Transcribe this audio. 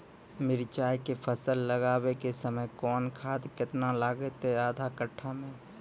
मिरचाय के फसल लगाबै के समय कौन खाद केतना लागतै आधा कट्ठा मे?